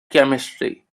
chemistry